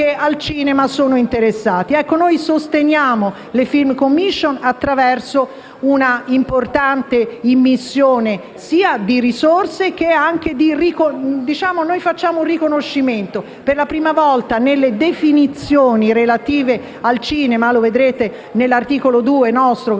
Noi sosteniamo le Film commission attraverso una importante immissione di risorse, ma anche con un riconoscimento.